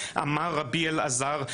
"אמר רבי אלעזר,